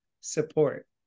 support